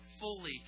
fully